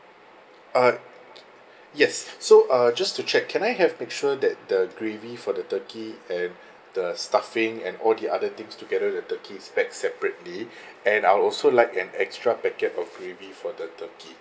uh yes so uh just to check can I have make sure that the gravy for the turkey and the stuffing and all the other things together with the turkey pack separately and I'll also like an extra packet of gravy for the turkey